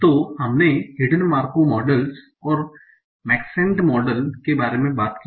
तो हमने hidden Markov models और मैक्सेंट मॉडल के बारे में भी बात की